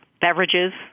beverages